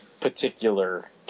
particular